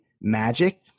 magic